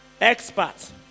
Experts